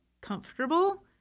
comfortable